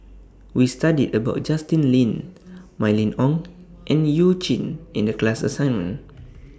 We studied about Justin Lean Mylene Ong and YOU Jin in The class assignment